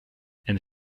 and